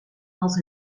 als